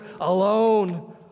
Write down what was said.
alone